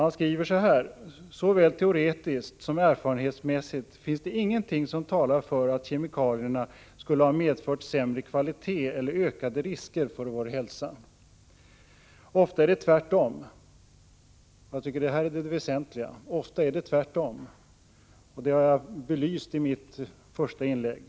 Han skriver: ”Såväl teoretiskt som erfarenhetsmässigt finns det ingenting som talar för att ”kemikalierna” skulle ha medfört sämre kvalitet eller ökade risker för vår hälsa. Ofta är det tvärtom.” Jag tycker detta är det väsentliga: Ofta är det tvärtom. Detta har jag också belyst i mitt första inlägg.